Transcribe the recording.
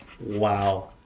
Wow